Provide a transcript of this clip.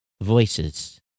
Voices